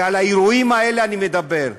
ועל האירועים האלה אני מדבר,